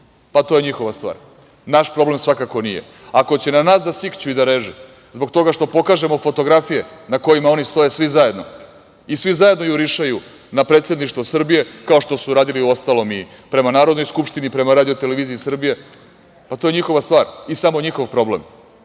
pa, to je njihova stvar, naš problem svakako nije. Ako će na nas da sikću i da reže, zbog toga što pokažemo fotografije na kojima oni stoje svi zajedno, i svi zajedno jurišaju na Predsedništvo Srbije, kao što su radili, uostalom, prema Narodnoj skupštini, prema RTS, pa, to je njihova stvar, i samo njihov problem,